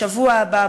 בשבוע הבא,